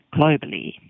globally